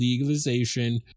legalization